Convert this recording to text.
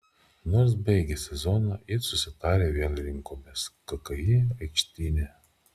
nors baigę sezoną it susitarę vėl rinkomės kki aikštyne